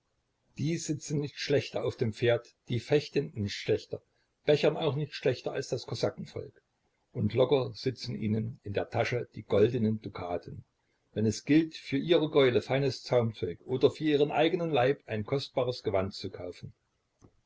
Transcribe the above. die sitzen nicht schlechter auf dem pferd die fechten nicht schlechter bechern auch nicht schlechter als das kosakenvolk und locker sitzen ihnen in der tasche die goldenen dukaten wenn es gilt für ihre gäule feines zaumzeug oder für ihren eigenen leib ein kostbares gewand zu kaufen